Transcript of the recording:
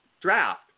draft